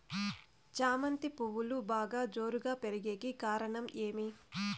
చామంతి పువ్వులు బాగా జోరుగా పెరిగేకి కారణం ఏమి?